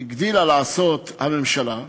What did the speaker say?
הגדילה לעשות הממשלה,